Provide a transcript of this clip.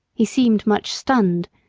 he seemed much stunned,